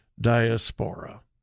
diaspora